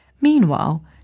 Meanwhile